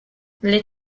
les